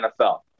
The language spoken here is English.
NFL